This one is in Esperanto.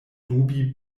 dubi